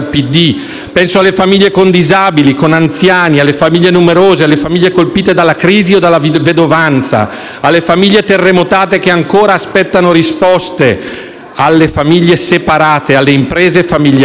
Penso alle famiglie con disabili e con anziani; alle famiglie numerose; alle famiglie colpite dalla crisi o dalla vedovanza; alle famiglie terremotate che ancora aspettano risposte; alle famiglie separate; alle imprese familiari.